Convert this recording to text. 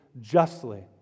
justly